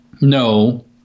no